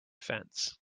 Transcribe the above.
fence